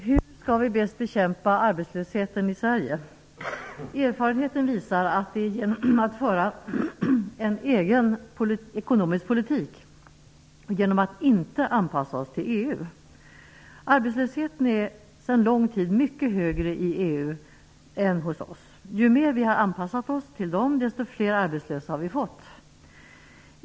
Herr talman! Hur skall vi bäst bekämpa arbetslösheten i Sverige? Erfarenheten visar att det är genom att föra en egen ekonomisk politik och genom att inte anpassa oss till EU. Arbetslösheten är sedan lång tid mycket högre i EU än hos oss. Ju mer vi har anpassat oss till dem, desto fler arbetslösa har vi fått.